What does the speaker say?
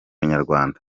nyarwanda